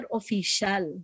official